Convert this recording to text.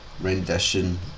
rendition